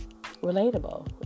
relatable